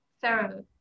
Sarah